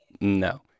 No